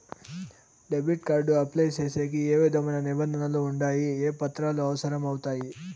Debit card apply సేసేకి ఏ విధమైన నిబంధనలు ఉండాయి? ఏ పత్రాలు అవసరం అవుతాయి?